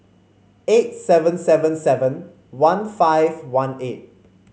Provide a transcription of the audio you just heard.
eight seven seven seven one five one eight